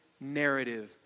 narrative